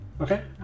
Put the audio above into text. Okay